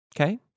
Okay